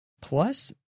plus